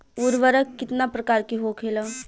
उर्वरक कितना प्रकार के होखेला?